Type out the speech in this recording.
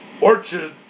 orchard